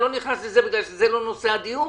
אני לא נכנס לזה כי זה לא נושא הדיון.